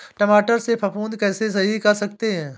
टमाटर से फफूंदी कैसे सही कर सकते हैं?